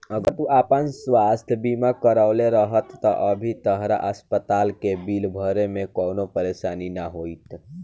अगर तू आपन स्वास्थ बीमा करवले रहत त अभी तहरा अस्पताल के बिल भरे में कवनो परेशानी ना होईत